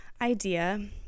idea